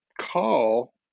call